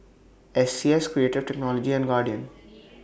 S C S Creative Technology and Guardian